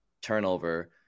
turnover